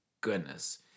goodness